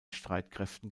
streitkräften